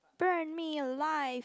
burn me alive